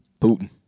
Putin